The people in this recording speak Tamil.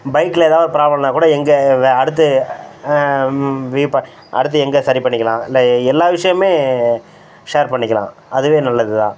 பைக்கில ஏதா ஒரு ப்ராப்ளம்னா கூட எங்கே வெ அடுத்து வ்யூ பா அடுத்து எங்கே சரி பண்ணிக்கலாம் இல்லை எல்லா விஷயமே ஷேர் பண்ணிக்கலாம் அதுவே நல்லது தான்